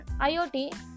iot